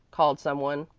called some one.